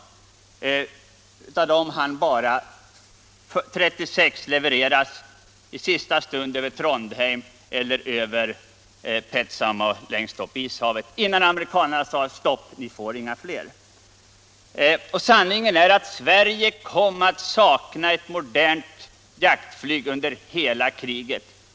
Av dem hann bara 36 levereras i sista stund över Trondheim eller över Petsamo längst uppe vid Ishavet, innan amerikanarna sade: Stopp, ni får inga fler! Sanningen är att Sverige kom att sakna ett modernt jaktflyg under hela kriget.